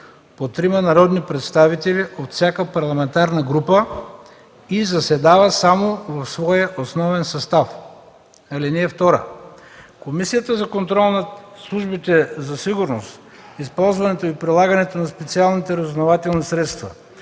по трима народни представители от всяка парламентарна група, и заседава само в своя основен състав. (2) Комисията за контрол над службите за сигурност, използването и прилагането на специалните разузнавателни средства